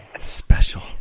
Special